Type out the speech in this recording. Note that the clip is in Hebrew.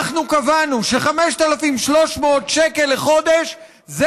אנחנו קבענו ש-5,300 שקל לחודש זה